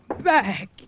back